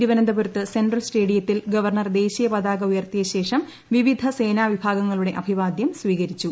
തിരുവനന്തപുരത്ത് സെൻട്രൽ സ്റ്റേഡിയത്തിൽ ഗവർണർ ദേശീയ പതാക ഉയർത്തിയ ശേഷം വിവിധ സേനാവിഭാഗങ്ങളുടെ അഭിവാദ്യം സ്വീകരിച്ചു